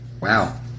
Wow